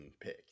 pick